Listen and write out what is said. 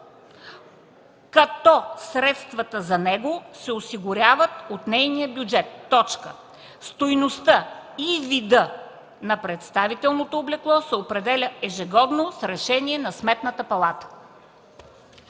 като средствата за него се осигуряват от нейния бюджет. Стойността и вида на представителното облекло се определя ежегодно с решение на Сметната палата.”